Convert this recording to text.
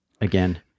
again